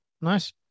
Nice